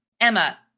Emma